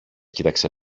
κοίταξε